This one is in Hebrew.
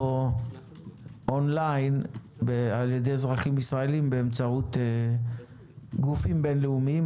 פה און-ליין על-ידי אזרחים ישראלים באמצעות גופים בינלאומיים?